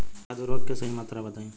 खाद उर्वरक के सही मात्रा बताई?